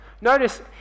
Notice